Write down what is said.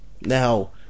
now